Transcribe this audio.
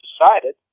decided